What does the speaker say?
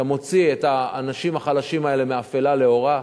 אתה מוציא את האנשים החלשים האלה מאפלה לאורה.